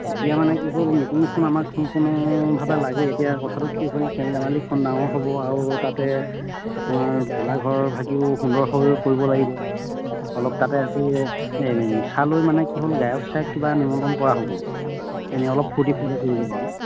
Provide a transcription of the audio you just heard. এতিয়া মানে কি হ'ল মিটিংখন আমাক সম্পূৰ্ণভাৱে লাগে এতিয়া কথাটো কি হ'ল খেল ধেমালিখন ডাঙৰ হ'ব আৰু তাতে আপোনাৰ ভেলাঘৰভাগিও সুন্দৰ হৈ পৰিব লাগিব অলপ তাতে আকৌ এই নিশালৈ মানে কি হ'ল গায়ক চায়ক কিবা নিমন্ত্ৰণ কৰা হ'বনি এনেই অলপ ফূৰ্তি ফাৰ্তা কৰিবৰ কাৰণ